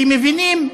כי מבינים,